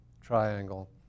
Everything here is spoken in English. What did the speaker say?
triangle